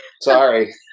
Sorry